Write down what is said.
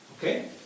Okay